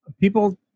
people